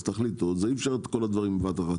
תחליטו, אי-אפשר כל הדברים בבת אחת.